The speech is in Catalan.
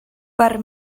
per